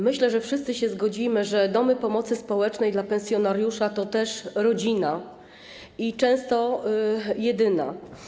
Myślę, że wszyscy się zgodzimy, że dom pomocy społecznej to dla pensjonariusza też rodzina, często jedyna.